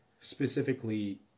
specifically